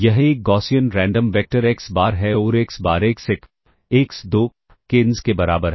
यह एक Gaussian random vector X bar है और X bar x1 x2 xn के बराबर है